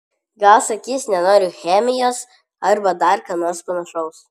gal sakys nenoriu chemijos arba dar ką nors panašaus